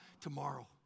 tomorrow